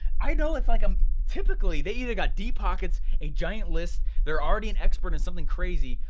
i know, it's like um typically, they either got deep pockets, a giant list, they're already an expert in something crazy,